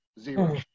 Zero